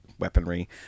weaponry